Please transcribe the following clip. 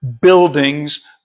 buildings